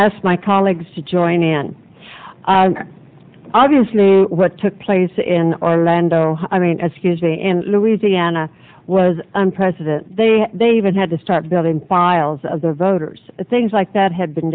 as my colleagues to join in obviously what took place in orlando i mean as his day in louisiana was on president they they even had to start building piles of the voters things like that had been